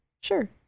sure